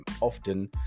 often